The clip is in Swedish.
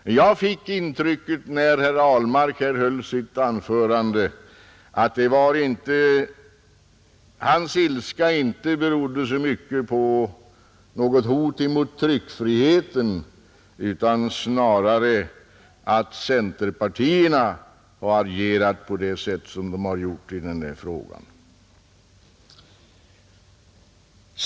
Men jag fick det intrycket när herr Ahlmark höll sitt anförande här att hans ilska inte berodde så mycket på något hot mot tryckfriheten utan snarare på att centerpartiet hade agerat på det sätt som det har gjort i denna fråga.